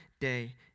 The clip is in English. day